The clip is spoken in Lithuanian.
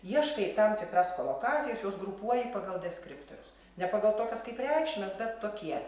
ieškai tam tikras kolokacijas jos grupuoji pagal deskriptorius ne pagal tokias kaip reikšmes bet tokie